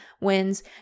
wins